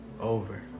over